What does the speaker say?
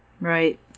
right